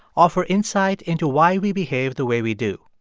offer insight into why we behave the way we do.